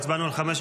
הצבענו על 5,